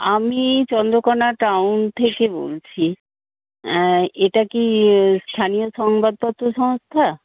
আমি চন্দ্রকোণা টাউন থেকে বলছি এটা কি স্থানীয় সংবাদপত্র সংস্থা